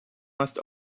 must